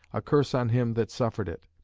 a curse on him that suffered it.